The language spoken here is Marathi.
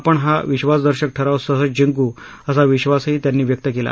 आपण हा विश्वार्सदर्शक ठराव सहज जिंकू असा विश्वास त्यांनी व्यक्त केला